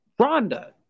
Rhonda